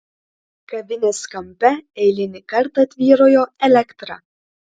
kavinės kampe eilinį kartą tvyrojo elektra